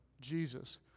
Jesus